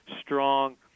strong